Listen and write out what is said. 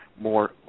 more